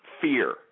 fear